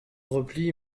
repli